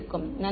மாணவர் நன்றி